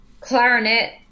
clarinet